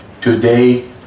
today